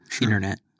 internet